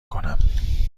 کنم